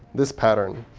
this pattern